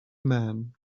man